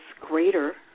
greater